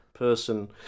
person